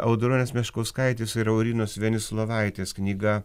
audronės meškauskaitės ir aurinos venislovaitės knyga